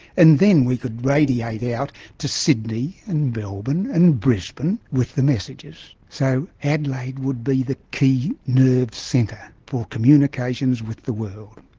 and then we could radiate out to sydney and melbourne and brisbane with the messages. so adelaide would be the key nerve centre for communications with the world.